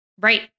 Right